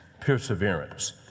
perseverance